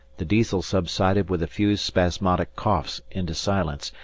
the diesel subsided with a few spasmodic coughs into silence,